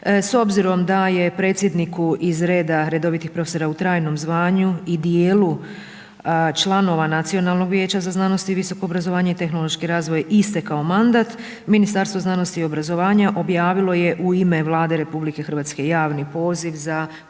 S obzirom da je predsjedniku iz reda redovitih profesora u trajnom zvanju i dijelu članova Nacionalnog vijeća za znanost i visoko obrazovanje i tehnološki razvoj istekao mandat, Ministarstvo znanosti i obrazovanja objavilo je u ime Vlade RH javni poziv za predlaganje